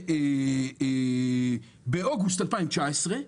באוגוסט 2019,